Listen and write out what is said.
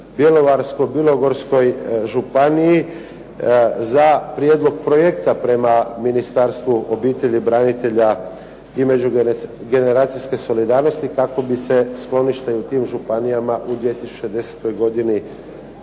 Bjelovarsko-bilogorskoj županiji za prijedlog projekta prema Ministarstvu obitelji, branitelja i međugeneracijske solidarnosti kako bi sklonište u tim županijama u 2010. godini